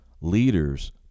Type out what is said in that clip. leaders